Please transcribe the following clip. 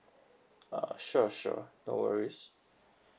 uh sure sure no worries